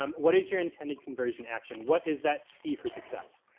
um what is your intended conversion action? what is that key for success?